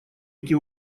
эти